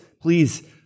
Please